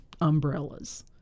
umbrellas